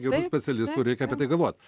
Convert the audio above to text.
gerų specialistų reikia apie tai galvot